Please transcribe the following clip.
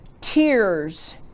Tears